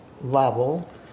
level